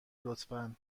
لطفا